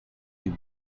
you